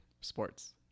Sports